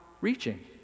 reaching